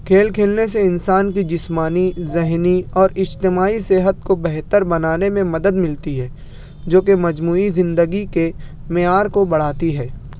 کھیل کھیلنے سے انسان کی جسمانی ذہنی اور اجتماعی صحت کو بہتر بنانے میں مدد ملتی ہے جوکہ مجموعی زندگی کے معیار کو بڑھاتی ہے